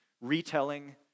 retelling